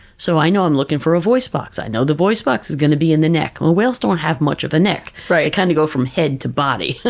so, i know i'm looking for a voice box. i know the voice box is going to be in the neck. whales don't have much of a neck, they kind of go from head to body.